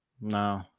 No